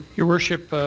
your worship,